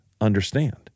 understand